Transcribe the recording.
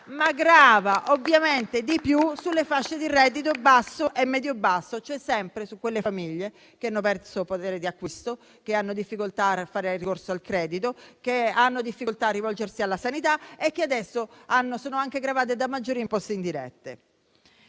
ma grava ovviamente di più sulle fasce di reddito basso e medio-basso, cioè sempre su quelle famiglie che hanno perso potere di acquisto, che hanno difficoltà a fare ricorso al credito, che hanno difficoltà a rivolgersi alla sanità e che adesso sono anche gravate da maggiori imposte indirette.